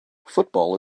football